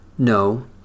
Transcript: No